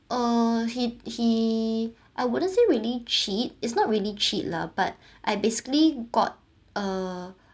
uh he he I wouldn't say really cheat it's not really cheat lah but I basically got uh